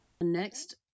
Next